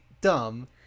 dumb